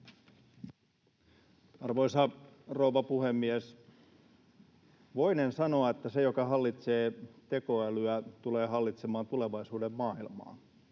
Arvoisa rouva puhemies! Voinen sanoa, että se, joka hallitsee tekoälyä, tulee hallitsemaan tulevaisuuden maailmaa.